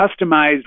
customized